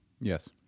Yes